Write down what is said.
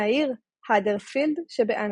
מהעיר האדרספילד שבאנגליה.